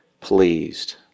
pleased